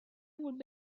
would